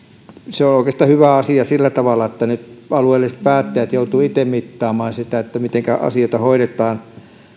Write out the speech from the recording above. se on oikeastaan hyvä asia sillä tavalla että nyt alueelliset päättäjät joutuvat itse mittaamaan sitä mitenkä asioita hoidetaan